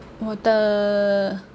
我的